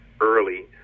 early